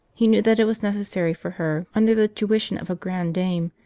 he knew that it was necessary for her, under the tuition of a grande dame,